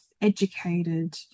educated